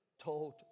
told